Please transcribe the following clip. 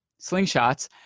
slingshots